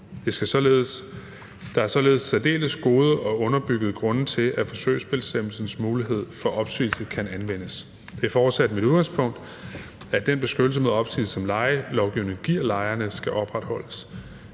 Der er således særdeles gode og underbyggede grunde til, at forsøgsbestemmelsens mulighed for opsigelse kan anvendes. Det er fortsat mit udgangspunkt, at den beskyttelse mod opsigelse, som lejelovgivningen giver lejerne, skal opretholdes.